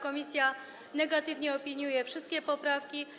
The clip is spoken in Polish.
Komisja negatywnie opiniuje wszystkie poprawki.